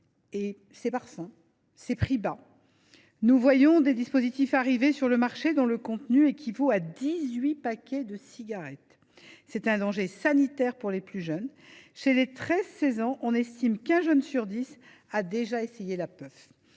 ses parfums et ses prix bas. Nous voyons des dispositifs arriver sur le marché dont le contenu équivaut à dix huit paquets de cigarettes. C’est un danger sanitaire pour les plus jeunes. Chez les 13 16 ans, on estime qu’un jeune sur dix a déjà essayé la «